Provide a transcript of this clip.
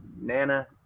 Nana